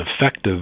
effective